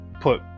put